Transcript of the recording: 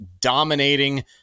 dominating